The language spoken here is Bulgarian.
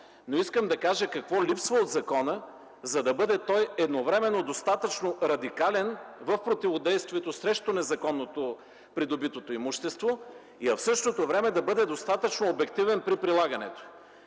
но искам да кажа какво липсва от закона, за да бъде той едновременно достатъчно радикален в противодействието срещу незаконно придобитото имущество и в същото време да бъде достатъчно обективен при прилагането.